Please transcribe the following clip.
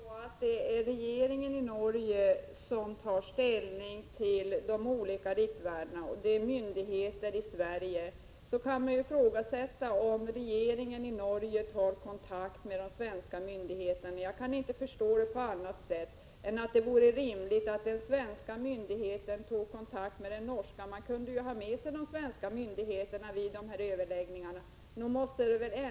Herr talman! Om det i Norge är regeringen och i Sverige myndigheter som tar ställning till de olika riktvärdena, kan man ifrågasätta om regeringen i Norge tar kontakt med de svenska myndigheterna. Jag kan inte förstå annat än att det vore rimligt att de svenska myndigheterna tog kontakt med den norska regeringen. De svenska myndigheterna kunde ju få delta i de överläggningar man har i Norge.